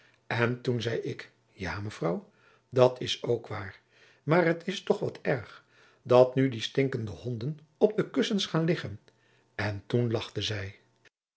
en toen zei ik ja mevrouw dat is ook waar maar het is toch wat erg dat nu die stinkende honden op de kussens gaan liggen en toen lagchte zij